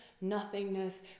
nothingness